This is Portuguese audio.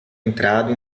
entrado